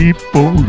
People